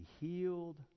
healed